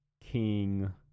king